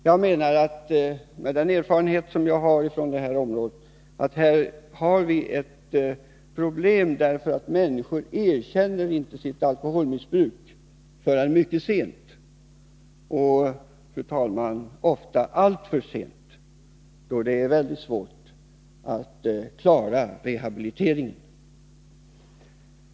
Jag vet med den erfarenhet som jag har från det här området att det är ett problem att människor inte erkänner sitt alkoholmissbruk förrän mycket sent — ofta, fru talman, alltför sent — så att det blir mycket svårt att klara rehabiliteringen.